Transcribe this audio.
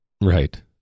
right